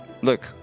Look